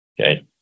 okay